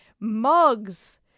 Mugs